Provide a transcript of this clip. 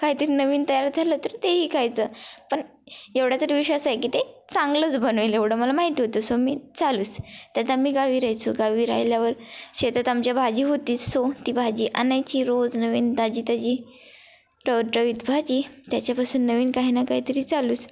काहीतरी नवीन तयार झालं तर तेही खायचं पण एवढा तर विश्वास आहे की ते चांगलंच बनवेल एवढं मला माहिती होतं सो मी चालूच त्यात आम्ही गावी राहायचो गावी राहिल्यावर शेतात आमच्या भाजी होतीच सो ती भाजी आणायची रोज नवीन ताजी ताजी टवटवीत भाजी त्याच्यापासून नवीन काही ना काहीतरी चालूच